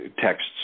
texts